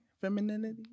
Femininity